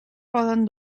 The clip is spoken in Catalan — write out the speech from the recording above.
poden